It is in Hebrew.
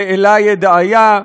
לאלה ידעיה,